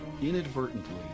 Inadvertently